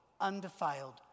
undefiled